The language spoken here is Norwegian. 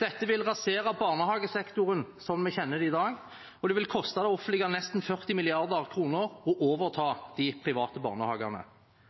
Dette vil rasere barnehagesektoren slik vi kjenner den i dag, og det vil koste det offentlige nesten 40 mrd. kr å overta de private barnehagene.